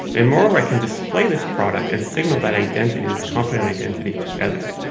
and moreover, i can display this product and signal that identity, this competent identity, to others.